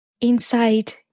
inside